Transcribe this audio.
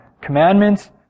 commandments